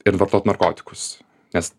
ir vartot narkotikus nes